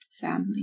family